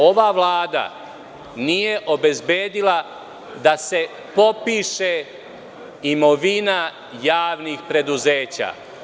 Ova vlada nije obezbedila da se popiše imovina javnih preduzeća.